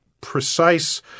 precise